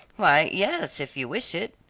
why, yes, if you wish it.